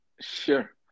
Sure